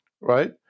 right